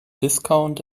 discount